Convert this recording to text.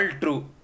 true